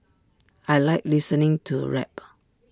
I Like listening to rap